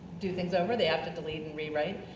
do things over, they have to delete and rewrite.